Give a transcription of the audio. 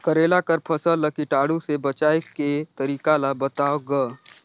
करेला कर फसल ल कीटाणु से बचाय के तरीका ला बताव ग?